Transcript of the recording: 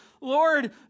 Lord